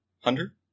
Hunter